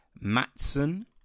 Matson